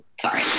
Sorry